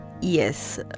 Yes